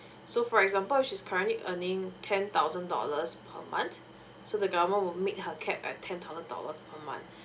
so for example she's currently earning ten thousand dollars per month so the government would make her cap at ten thousand dollars per month